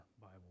Bible